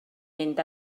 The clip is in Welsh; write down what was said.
mynd